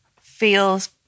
feels